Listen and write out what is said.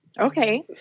Okay